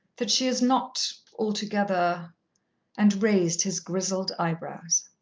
that she is not altogether and raised his grizzled eyebrows.